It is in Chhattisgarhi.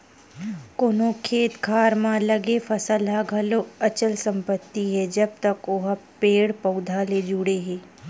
कोनो खेत खार म लगे फसल ह घलो अचल संपत्ति हे जब तक ओहा पेड़ पउधा ले जुड़े हे